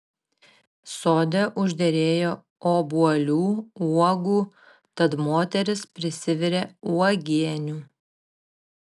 sode užderėjo obuolių uogų tad moteris prisivirė uogienių